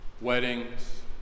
weddings